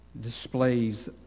displays